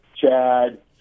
Chad